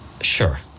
Sure